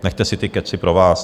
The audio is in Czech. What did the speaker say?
Nechte si ty kecy pro vás!